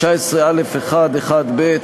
19(א1)(1)(ב),